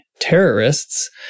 Terrorists